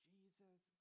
Jesus